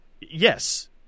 Yes